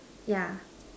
yeah